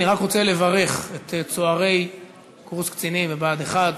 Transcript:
אני רק רוצה לברך את צוערי קורס קצינים בבה"ד 1,